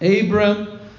Abram